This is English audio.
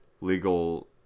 legal